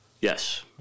Yes